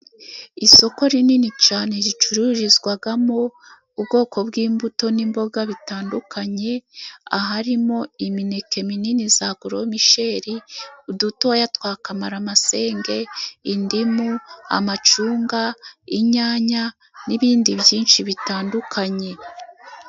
Isoko rinini cyane ricururizwamo ubwoko bw'imbuto n'imboga bitandukanye, aharimo imineke minini ya goromisheri, udutoya twa Kamaramasenge, indimu, amacunga, inyanya n'ibindi byinshi bitandukanye.